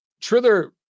Triller